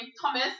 Thomas